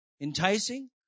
enticing